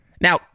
Now